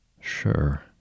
Sure